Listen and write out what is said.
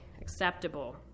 acceptable